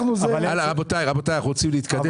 רבותיי, אנחנו רוצים להתקדם.